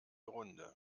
runde